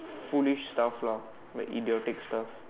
foolish stuff lah like idiotic stuff